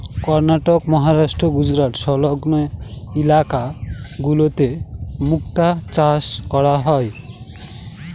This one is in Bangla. কর্ণাটক, মহারাষ্ট্র, গুজরাট সংলগ্ন ইলাকা গুলোতে মুক্তা চাষ করা হয়